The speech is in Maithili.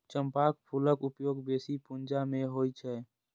चंपाक फूलक उपयोग बेसी पूजा मे होइ छै